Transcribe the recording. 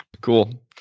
Cool